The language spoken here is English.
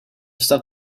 stuff